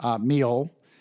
meal